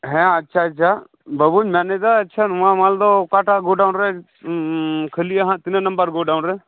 ᱦᱮᱸ ᱟᱪᱪᱷᱟ ᱟᱪᱪᱷᱟ ᱵᱟᱹᱵᱩᱭ ᱢᱮᱱᱮᱫᱟ ᱟᱪᱪᱷᱟ ᱱᱚᱣᱟ ᱢᱟᱞᱫᱚ ᱚᱠᱟᱴᱟᱜ ᱜᱳᱰᱟᱣᱩᱱ ᱨᱮ ᱠᱷᱟᱹᱞᱤᱜᱼᱟ ᱦᱟᱜ ᱛᱤᱱᱟᱹᱜ ᱱᱟᱢᱵᱟᱨ ᱜᱳᱰᱟᱣᱩᱱ ᱨᱮ